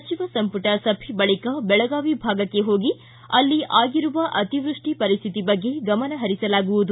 ಸಚಿವ ಸಂಪುಟ ಸಭೆ ಬಳಿಕ ಬೆಳಗಾವಿ ಭಾಗಕ್ಕೆ ಹೋಗಿ ಅಲ್ಲಿ ಆಗಿರುವ ಅತಿವೃಷ್ಷಿ ಪರಿಸ್ಟಿತಿ ಬಗ್ಗೆ ಗಮನ ಪರಿಸಲಾಗುವುದು